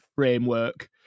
Framework